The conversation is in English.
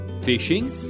fishing